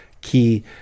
key